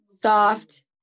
Soft